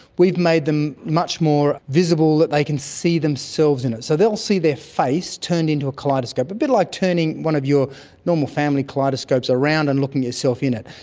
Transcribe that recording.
we've made them much more visible, that they can see themselves in it. so they'll see their face turned into a kaleidoscope, a bit like turning one of your normal family kaleidoscopes around and looking at yourself in it.